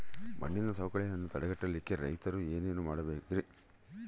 ಮಣ್ಣಿನ ಸವಕಳಿಯನ್ನ ತಡೆಗಟ್ಟಲಿಕ್ಕೆ ರೈತರು ಏನೇನು ಮಾಡಬೇಕರಿ?